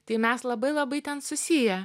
tai mes labai labai ten susiję